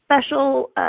Special